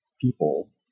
people